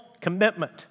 commitment